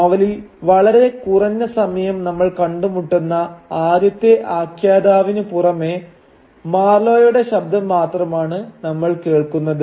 നോവലിൽ വളരെ കുറഞ്ഞ സമയം നമ്മൾ കണ്ടുമുട്ടുന്ന ആദ്യത്തെ ആഖ്യാതാവിനു പുറമേ മാർലോയുടെ ശബ്ദം മാത്രമാണ് നമ്മൾ കേൾക്കുന്നത്